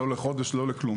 לא לכלום.